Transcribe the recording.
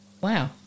Wow